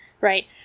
right